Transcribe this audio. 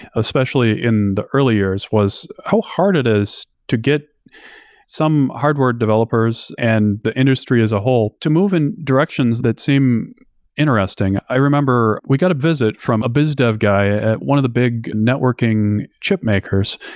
especially in the early years was how hard it is to get some hardware developers and the industry as a whole to move in directions that seemed interesting. i remember we got a visit from a biz dev guy at one of the big networking chip makers,